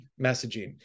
messaging